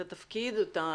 תפקידך.